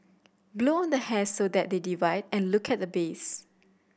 blow on the hairs so that they divide and look at the base